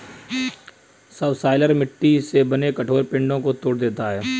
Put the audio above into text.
subsoiler मिट्टी से बने कठोर पिंडो को तोड़ देता है